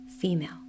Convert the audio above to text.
female